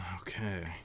Okay